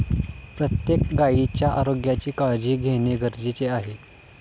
प्रत्येक गायीच्या आरोग्याची काळजी घेणे गरजेचे आहे